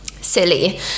silly